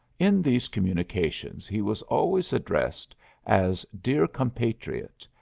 in these communications he was always addressed as dear compatriot,